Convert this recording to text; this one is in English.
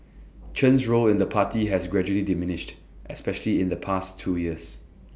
Chen's role in the party has gradually diminished especially in the past two years